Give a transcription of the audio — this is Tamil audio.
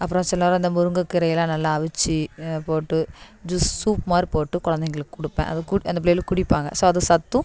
அப்புறோம் சில நேரம் இந்த முருங்கைக்கீரை எல்லாம் நல்லா அவிச்சு போட்டு ஜூ சூப் மாதிரி போட்டு கொழந்தைங்களுக்கு கொடுப்பேன் அது கு அந்த பிள்ளைங்களும் குடிப்பாங்க ஸோ அது சத்தும்